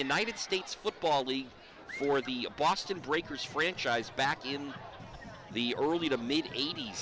united states football league for the boston breakers franchise back in the early to mid eight